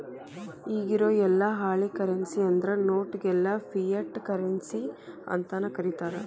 ಇಗಿರೊ ಯೆಲ್ಲಾ ಹಾಳಿ ಕರೆನ್ಸಿ ಅಂದ್ರ ನೋಟ್ ಗೆಲ್ಲಾ ಫಿಯಟ್ ಕರೆನ್ಸಿ ಅಂತನ ಕರೇತಾರ